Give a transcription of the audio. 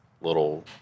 little